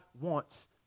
wants